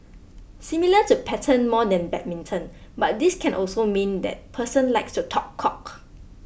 similar to pattern more than badminton but this can also mean that person likes to talk cock